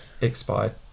expired